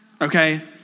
okay